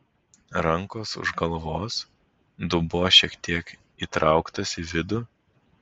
rankos už galvos dubuo šiek tiek įtrauktas į vidų